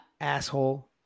Asshole